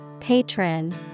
Patron